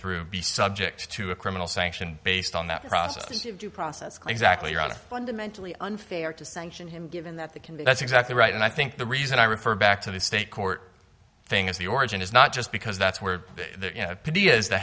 through be subject to a criminal sanction based on that process due process claims act or out of fundamentally unfair to sanction him given that they can be that's exactly right and i think the reason i refer back to the state court thing is the origin is not just because that's where the